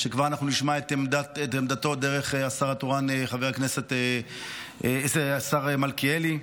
שכבר אנחנו נשמע את עמדתו דרך השר התורן השר מלכיאלי,